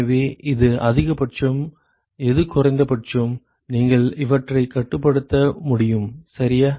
எனவே எது அதிகபட்சம் எது குறைந்தபட்சம் நீங்கள் இவற்றைக் கட்டுப்படுத்த முடியும் சரியா